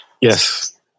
Yes